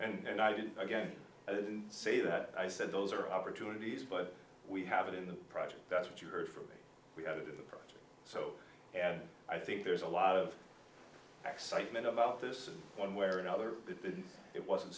expert and i didn't i guess i didn't say that i said those are opportunities but we have it in the project that's what you heard from me we had to do the project so and i think there's a lot of excitement about this in one way or another it